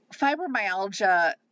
fibromyalgia